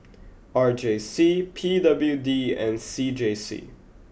R J C P W D and C J C